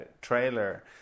trailer